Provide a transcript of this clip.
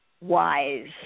wise